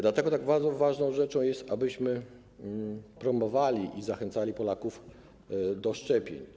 Dlatego tak bardzo ważną rzeczą jest, abyśmy promowali i zachęcali Polaków do szczepień.